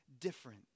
different